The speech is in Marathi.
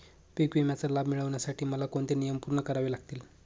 पीक विम्याचा लाभ मिळण्यासाठी मला कोणते नियम पूर्ण करावे लागतील?